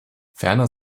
ferner